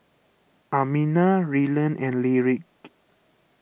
Amina Rylan and Lyric